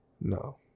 No